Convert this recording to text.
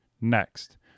next